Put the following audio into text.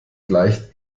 gleicht